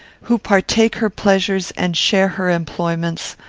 who partake her pleasures and share her employments,